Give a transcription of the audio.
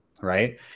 right